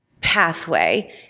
pathway